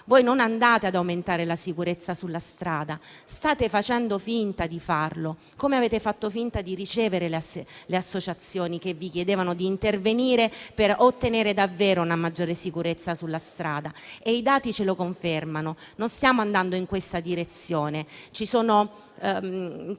non andate ad aumentare la sicurezza sulla strada. State facendo finta di farlo, come avete fatto finta di ricevere le associazioni che vi chiedevano di essere ascoltate per ottenere davvero una maggiore sicurezza sulla strada. I dati ce lo confermano; non stiamo andando in questa direzione. Ci sono